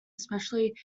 especially